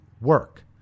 work